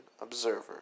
observer